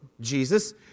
Jesus